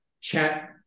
chat